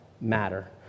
matter